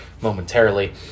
momentarily